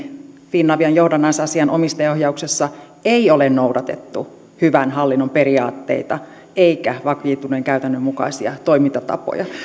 finavian johdannaisasian omistajaohjauksessa ei ole noudatettu hyvän hallinnon periaatteita eikä vakiintuneen käytännön mukaisia toimintatapoja